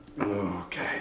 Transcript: okay